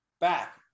back